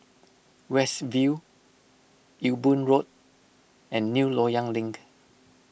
West View Ewe Boon Road and New Loyang Link